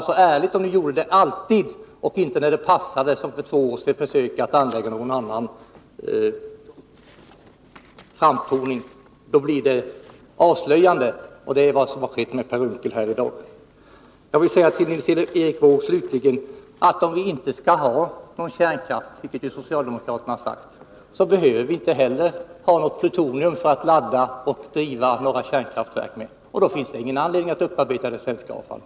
Det vore ärligt om ni gjorde det alltid, och inte när det passar, som för två år sedan, försöker använda någon annan framtoning. Då blir det avslöjande. Och det är vad det blir för Per Unckel här i dag. Jag vill säga till Nils Erik Wååg slutligen att om vi inte skall ha någon kärnkraft, vilket ju socialdemokraterna har sagt, så behöver vi inte heller ha något plutonium för att ladda och driva några kärnkraftverk med, och då finns det ingen anledning att upparbeta det svenska avfallet.